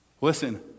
Listen